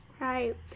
right